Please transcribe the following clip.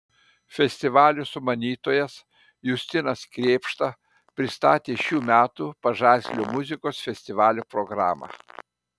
festivalio sumanytojas justinas krėpšta pristatė šių metų pažaislio muzikos festivalio programą